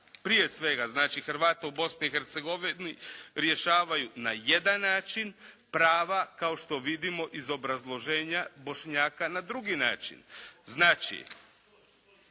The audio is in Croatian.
prije svega Hrvata u Bosni i Hercegovini rješavaju na jedan način. Prava kao što vidimo iz obrazloženja Bošnjaka na drugi način. Znači,